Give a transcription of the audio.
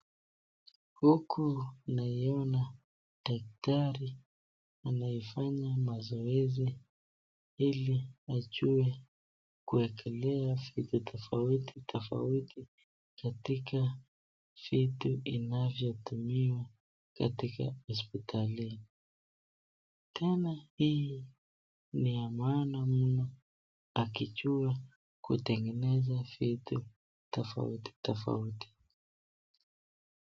Huku namwona daktari anayefanya mazoezi ili ajuwe kuekelea vitu tofauti tofauti katika vitu inavyotumiwa katika hospitali. Dhana hii ni ya maana mno akijuwa kutengeneza vitu tofauti tofauti.